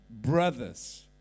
brothers